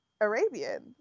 Arabian